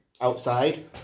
Outside